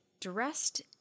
dressed